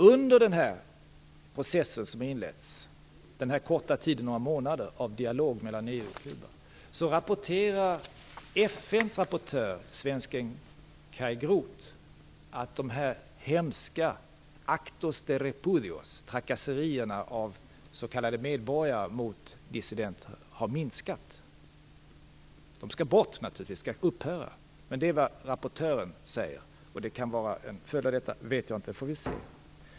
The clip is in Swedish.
Under den process som har inletts - den här korta tiden på några månader av dialog mellan EU och Johan Groth, att de hemska "Actos de repudios", trakasserierna utförda av medborgare mot dissidenter, har minskat. De skall naturligtvis upphöra. Likväl är det vad rapportören säger och det kan vara en följd av den här processen - det vet jag inte. Det får vi se.